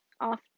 off